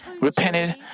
repented